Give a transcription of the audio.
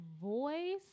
voice